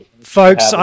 folks